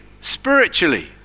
spiritually